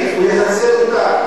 ימשיך והוא יחסל אותה.